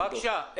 בבקשה,